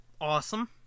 awesome